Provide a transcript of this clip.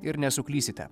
ir nesuklysite